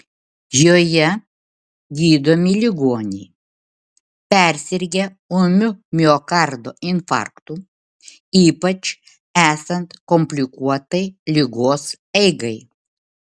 joje gydomi ligoniai persirgę ūmiu miokardo infarktu ypač esant komplikuotai ligos eigai